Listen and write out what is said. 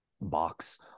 box